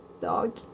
dog